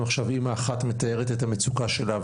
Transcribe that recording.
עכשיו אימא אחת מתארת את המצוקה שלה,